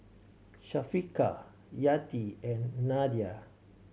Syafiqah Yati and Nadia